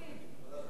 ועדת כספים?